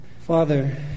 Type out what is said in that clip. Father